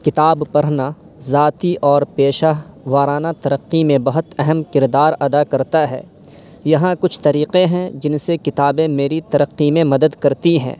کتاب پڑھنا ذاتی اور پیشہ وارانہ ترقی میں بہت اہم کردار ادا کرتا ہے یہاں کچھ طریقے ہیں جن سے کتابیں میری ترقی میں مدد کرتی ہیں